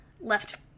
left